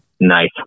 Nice